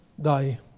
die